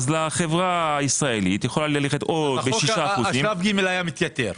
החברה הישראלית יכולה ללכת- - שלב ג' היה מתייתר.